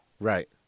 Right